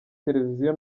televiziyo